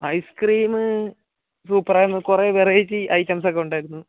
ice cream super ആയിരുന്നു കുറേ variety items ഒക്കെ ഉണ്ടായിരുന്നു